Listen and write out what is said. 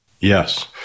Yes